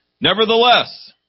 Nevertheless